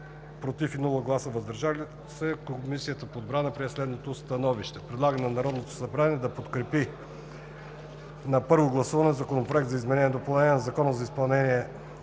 „против“ и „въздържали се“, Комисията по отбрана прие следното становище: Предлага на Народното събрание да подкрепи на първо гласуване Законопроект за изменение и допълнение на Закона за изпълнение